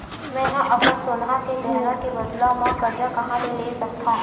मेंहा अपन सोनहा के गहना के बदला मा कर्जा कहाँ ले सकथव?